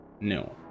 No